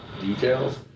details